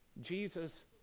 Jesus